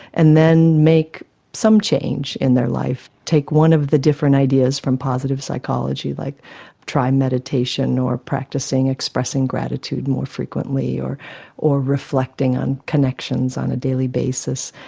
and then make some change in their life, take one of the different ideas from positive psychology, like trying meditation or practising expressing gratitude more frequently or or reflecting on connections on a daily basis,